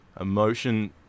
emotion